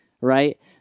right